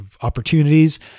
opportunities